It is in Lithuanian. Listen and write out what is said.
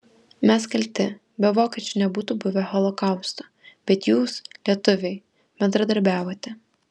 mes kalti be vokiečių nebūtų buvę holokausto bet jūs lietuviai bendradarbiavote